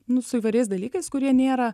nu su įvairiais dalykais kurie nėra